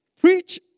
preach